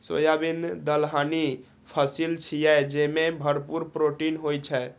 soybean दलहनी फसिल छियै, जेमे भरपूर प्रोटीन होइ छै